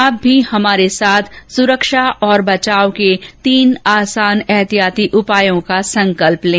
आप भी हमारे साथ सुरक्षा और बचाव के तीन आसान एहतियाती उपायों का संकल्प लें